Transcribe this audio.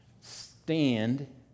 stand